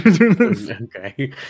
Okay